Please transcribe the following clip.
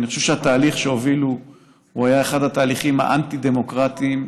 אני חושב שהתהליך שהובילו היה אחד התהליכים האנטי-הדמוקרטיים,